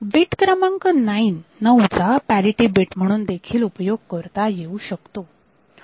bit क्रमांक 9 चा parity bit म्हणून देखील उपयोग करता येऊ शकतो